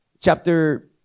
chapter